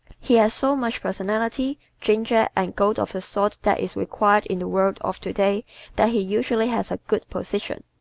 he has so much personality, ginger and go of the sort that is required in the world of today that he usually has a good position.